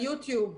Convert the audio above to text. ביוטיוב,